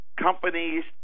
companies